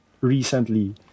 Recently